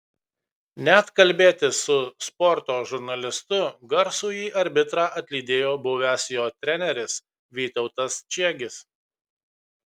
net kalbėtis su sporto žurnalistu garsųjį arbitrą atlydėjo buvęs jo treneris vytautas čiegis